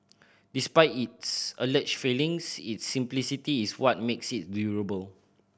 despite its alleged failings its simplicity is what makes it durable